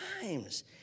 times